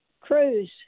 cruise